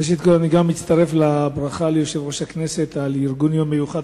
אני מצטרף לברכה ליושב-ראש הכנסת על ארגון יום מיוחד